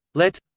lett.